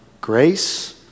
grace